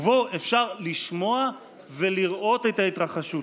ובו אפשר לשמוע ולראות את ההתרחשות?